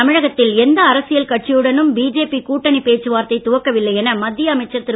தமிழகத்தில் எந்த அரசியல் கட்சியுடனும் பிஜேபி கூட்டணி பேச்சுவார்த்தை துவக்கவில்லை என மத்திய அமைச்சர் திரு